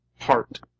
heart